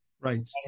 Right